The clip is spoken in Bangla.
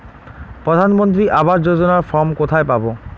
প্রধান মন্ত্রী আবাস যোজনার ফর্ম কোথায় পাব?